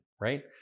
Right